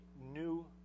new